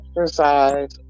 exercise